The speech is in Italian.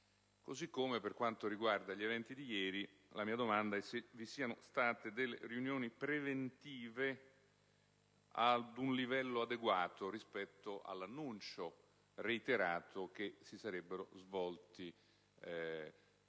Italia. Per quanto riguarda gli eventi dei giorni scorsi, la mia domanda è se vi siano state riunioni preventive ad un livello adeguato rispetto all'annuncio reiterato che vi sarebbero stati